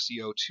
CO2